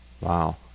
Wow